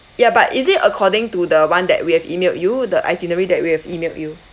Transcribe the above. ya but is it according to the one that we have emailed you the itinerary that we have emailed you